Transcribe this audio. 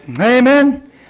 amen